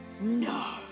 No